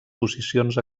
posicions